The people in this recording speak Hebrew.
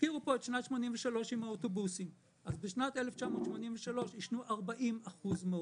הזכירו פה את שנת 1983 עם האוטובוסים כאשר עישנו 40% מהאוכלוסייה.